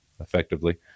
effectively